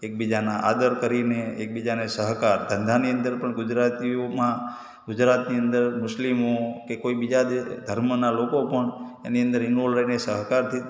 એકબીજાના આદર કરીને એકબીજાને સહકાર ધંધાની અંદર પણ ગુજરાતીઓમાં ગુજરાતની અંદર મુસ્લિમો કે કોઈ બીજા દે ધર્મના લોકો પણ એની અંદર ઇન્વૉલ્વ રહીને સહકારથી